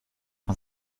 man